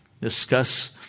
Discuss